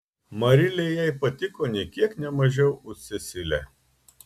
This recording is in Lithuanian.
marilė jai patiko nė kiek ne mažiau už cecilę